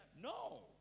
No